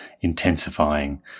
intensifying